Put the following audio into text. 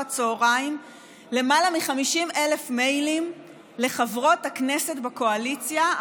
הצוהריים למעלה מ-50,000 מיילים לחברות הכנסת בקואליציה,